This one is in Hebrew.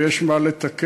ויש מה לתקן.